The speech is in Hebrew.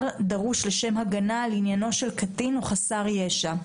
אם הדבר דרוש לשם הגנה על עניינו של קטין או חסר ישע,